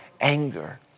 anger